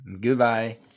Goodbye